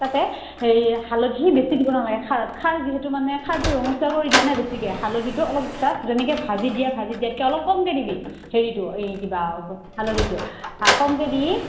তাতে হেৰি হালধি বেছি দিব নালাগে খাৰত খাৰ যিহেতু মানে খাৰটো ৰঙচুৱা কৰি দিয়া নাই বেছিকে হালধিটো অলপ যেনেকে ভাজিত দিয়ে ভাজিত দিয়াতকে অলপ কমকে দিবি হেৰিটো এই কিবা হালধিটো কমকে দি